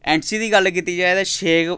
N C दी गल्ल कीती जाए ते शेख